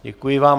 Děkuji vám.